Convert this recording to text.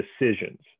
decisions